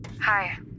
Hi